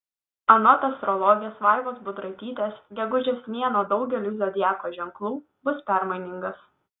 anot astrologės vaivos budraitytės gegužės mėnuo daugeliui zodiako ženklų bus permainingas